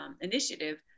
initiative